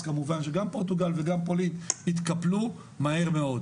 אז כמובן שגם פורטוגל וגם פולין התקפלו מהר מאוד.